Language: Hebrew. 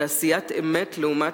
תעשיית אמת לעומת